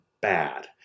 bad